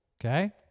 Okay